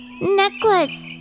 Necklace